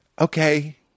okay